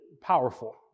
powerful